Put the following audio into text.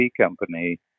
company